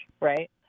right